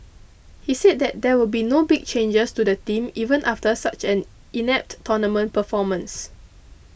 he said that there will be no big changes to the team even after such an inept tournament performance